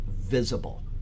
visible